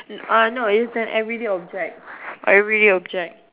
uh no it's an everyday object everyday object